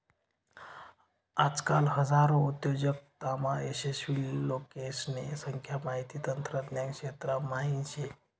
आजकाल हजारो उद्योजकतामा यशस्वी लोकेसने संख्या माहिती तंत्रज्ञान क्षेत्रा म्हाईन शे